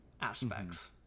aspects